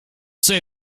say